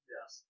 Yes